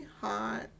hot